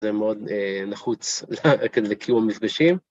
זה מאוד נחוץ לקיום המפגשים.